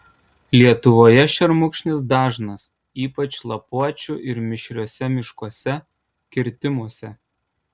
lietuvoje šermukšnis dažnas ypač lapuočių ir mišriuose miškuose kirtimuose